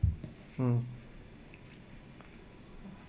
mm